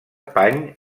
pany